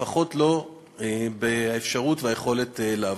לפחות לא באפשרות וביכולת לעבוד.